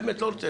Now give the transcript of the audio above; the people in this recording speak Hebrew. באמת, לא רוצה.